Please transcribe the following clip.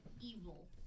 evil